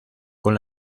con